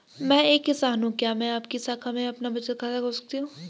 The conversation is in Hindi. मैं एक किसान हूँ क्या मैं आपकी शाखा में अपना बचत खाता खोल सकती हूँ?